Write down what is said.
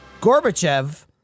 Gorbachev